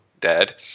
dead